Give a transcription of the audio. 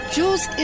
Jules